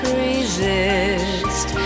resist